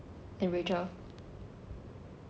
then rachel